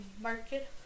market